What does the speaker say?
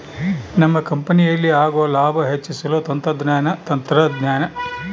ನಮ್ಮ ಕಂಪನಿಯಲ್ಲಿ ಆಗುವ ಲಾಭ ಹೆಚ್ಚಿಸಲು ತಂತ್ರಜ್ಞಾನ ಮತ್ತು ಯಂತ್ರಗಳ ಮೇಲೆ ಬಂಡವಾಳದ ವೆಚ್ಚಯನ್ನು ಹಾಕಬೇಕು